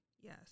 Yes